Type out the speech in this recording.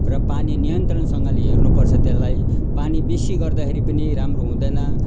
र पानी नियन्त्रणसँगले हेर्नु पर्छ त्यसलाई पानी बेसी गर्दाखेरि पनि राम्रो हुँदैन